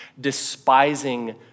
despising